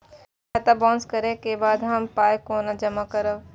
खाता बाउंस करै के बाद हम पाय कोना जमा करबै?